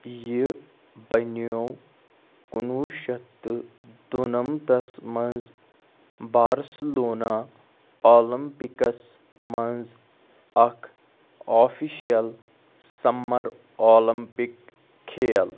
یہِ بنیٛوو کُنوُہ شٮ۪تھ تہٕ دُنَمتَس منٛز بارسٕلونَہ اولمپِکَس منٛز اَکھ آفِشَل سَمَر اولَمپِک کھیل